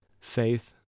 faith